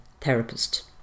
therapist